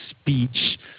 speech